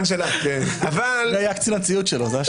זה היה קצין הציות שלו.